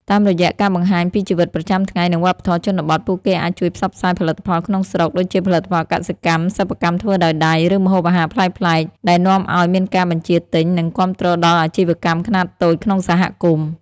តាមរយៈការបង្ហាញពីជីវិតប្រចាំថ្ងៃ និងវប្បធម៌ជនបទ ពួកគេអាចជួយផ្សព្វផ្សាយផលិតផលក្នុងស្រុក ដូចជាផលិតផលកសិកម្ម សិប្បកម្មធ្វើដោយដៃ ឬម្ហូបអាហារប្លែកៗ ដែលនាំឲ្យមានការបញ្ជាទិញ និងគាំទ្រដល់អាជីវកម្មខ្នាតតូចក្នុងសហគមន៍។